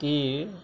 টিৰ